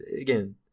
Again